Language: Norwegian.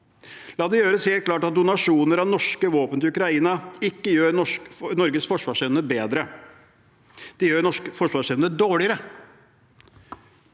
La det gjøres helt klart at donasjoner av norske våpen til Ukraina ikke gjør Norges forsvarsevne bedre. Det gjør norsk forsvarsevne dårligere.